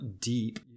deep